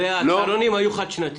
הרי הצהרונים היו חד-שנתיים.